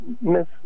miss